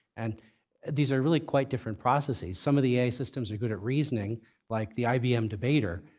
and these are really quite different processes. some of the ai systems are good at reasoning like the ibm debater,